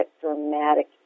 dramatic